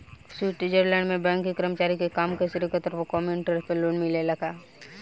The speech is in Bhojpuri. स्वीट्जरलैंड में बैंक के कर्मचारी के काम के श्रेय के तौर पर कम इंटरेस्ट पर लोन मिलेला का?